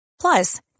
Plus